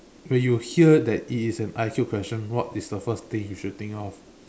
when you hear that it is an I_Q question what is the first thing you should think of